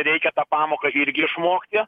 reikia tą pamoką irgi išmokti